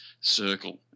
circle